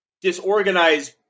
disorganized –